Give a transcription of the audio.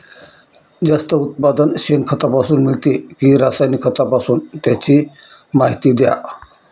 जास्त उत्पादन शेणखतापासून मिळते कि रासायनिक खतापासून? त्याची माहिती द्या